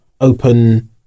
open